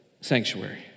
sanctuary